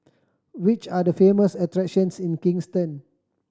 which are the famous attractions in Kingston